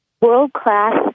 World-class